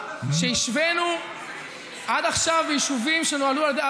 כשהשווינו עד עכשיו יישובים שנוהלו על ידי,